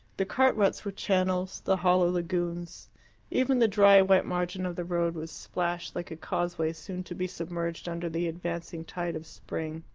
the cart-ruts were channels, the hollow lagoons even the dry white margin of the road was splashed, like a causeway soon to be submerged under the advancing tide of spring.